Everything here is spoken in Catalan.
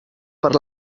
per